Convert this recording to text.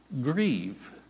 grieve